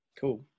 cool